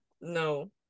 no